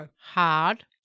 Hard